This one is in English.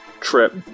trip